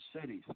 cities